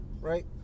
right